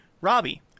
Robbie